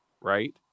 right